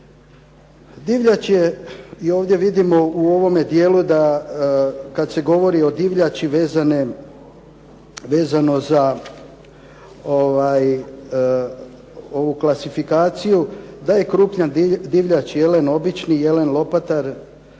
Divljač je i ovdje vidimo u ovome dijelu kada se govori o divljači vezano za ovu klasifikaciju da je krupna divljač, jelen obični, jelen lopatar,